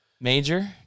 major